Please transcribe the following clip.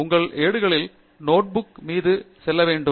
உங்கள் ஏடுகளின் மீது செல்ல வேண்டும்